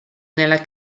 nella